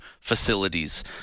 facilities